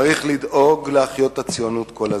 צריך לדאוג להחיות את הציונות כל הזמן.